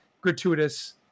gratuitous